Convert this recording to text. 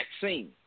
vaccine